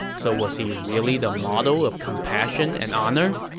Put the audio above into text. so was he really the model of compassion and honor?